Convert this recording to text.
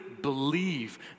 believe